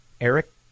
Eric